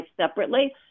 separately